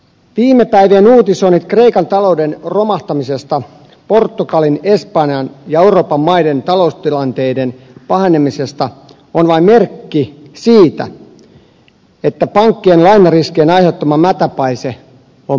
viime päivien uutisoinnit kreikan talouden romahtamisesta ja portugalin espanjan ja euroopan maiden taloustilanteiden pahenemisesta ovat vain merkki siitä että pankkien lainariskien aiheuttama mätäpaise on puhkeamassa